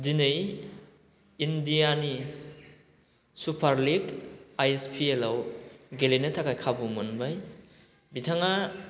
दिनै इण्डियानि super league आईएसपिएलआव गेलेनो थाखाय खाबु मोनबाय बिथाङा